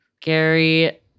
Gary